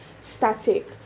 static